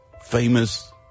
famous